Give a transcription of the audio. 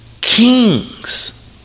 Kings